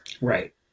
Right